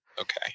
Okay